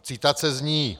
Citace zní: